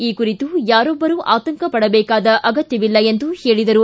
ಈ ಕುರಿತು ಯಾರೊಬ್ಬರು ಆತಂಕ ಪಡಬೇಕಾದ ಅಗತ್ಯವಿಲ್ಲ ಎಂದ ಹೇಳಿದರು